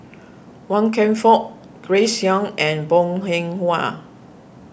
Wan Kam Fook Grace Young and Bong Hing Hwa